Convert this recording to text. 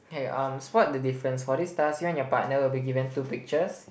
okay um spot the difference for this task you and your partner will be given two pictures